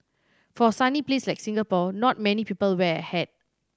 for a sunny place like Singapore not many people wear a hat